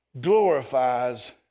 glorifies